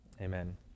Amen